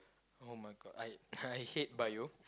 oh-my-God I I hate bio